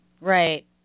Right